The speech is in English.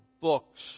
books